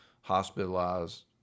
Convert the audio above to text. hospitalized